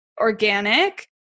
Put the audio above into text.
organic